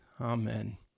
Amen